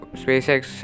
SpaceX